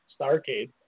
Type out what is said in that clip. Starcade